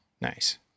nice